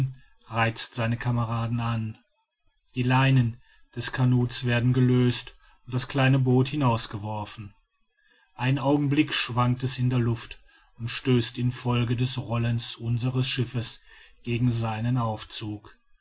reizt seine kameraden an die leinen des canots werden gelöst und das kleine boot hinaus geworfen einen augenblick schwankt es in der luft und stößt in folge des rollens unseres schiffes gegen seinen aufzug